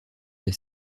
des